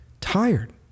tired